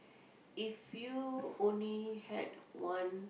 if you only had one